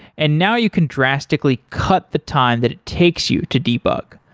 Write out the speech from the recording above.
and now you can drastically cut the time that it takes you to debug.